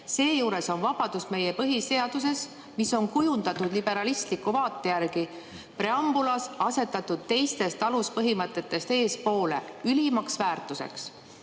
seejuures on vabadus meie põhiseaduse – mis on kujundatud liberalistliku vaate järgi – preambulas asetatud teistest aluspõhimõtetest eespoole "ülimaks väärtuseks"."